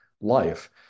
life